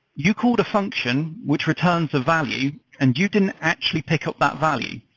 you called a function, which returns a value and you didn't actually pick up that value.